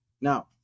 Now